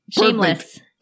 Shameless